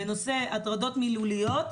בנושא הטרדות מילוליות,